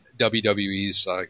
WWE's